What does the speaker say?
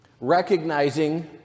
Recognizing